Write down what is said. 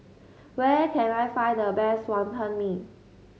where can I find the best Wonton Mee